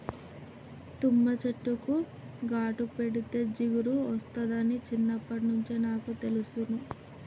తుమ్మ చెట్టుకు ఘాటు పెడితే జిగురు ఒస్తాదని చిన్నప్పట్నుంచే నాకు తెలుసును